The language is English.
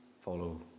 follow